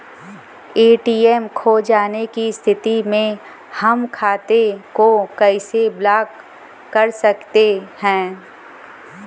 ATM खो जाने की स्थिति में हम खाते को कैसे ब्लॉक कर सकते हैं?